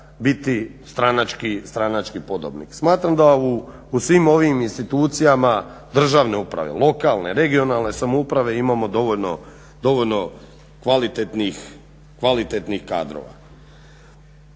biti stranački podobnik. Smatram da u svim ovim institucijama državne uprave, lokalne, regionalne samouprave imamo dovoljno kvalitetnih kadrova.